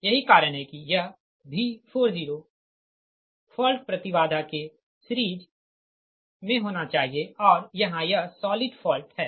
यही कारण है यह V40 फॉल्ट प्रति बाधा के सीरिज़ में होना चाहिए और यहाँ यह सॉलिड फॉल्ट है